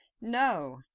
No